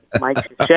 Mike